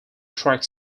track